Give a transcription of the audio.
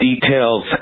details